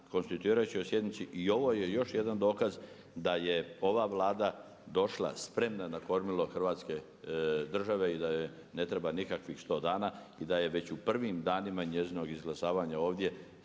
konstituirajućoj sjednici i ovo je još jedan dokaz da je ova Vlada došla spremna na kormilo Hrvatske države i da joj ne treba nikakvih 100 dana i da je već u prvim danima njezinog izglasavanja ovdje